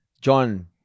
John